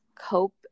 cope